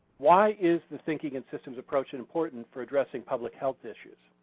why is the thinking in systems approach important for addressing public health issues?